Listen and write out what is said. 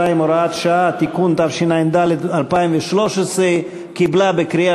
62, הוראת שעה) (תיקון), התשע"ד 2013, נתקבל.